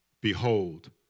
behold